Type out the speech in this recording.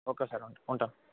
okay sir ఉంటాను